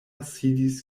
sidis